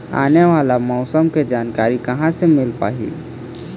आने वाला मौसम के जानकारी कहां से मिल पाही?